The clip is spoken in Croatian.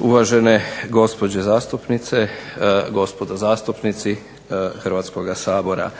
uvažene gospođe zastupnice, gospodo zastupnici Hrvatskoga sabora.